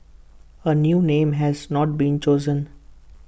A new name has not been chosen